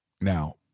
Now